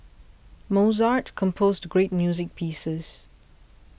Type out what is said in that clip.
Mozart composed great music pieces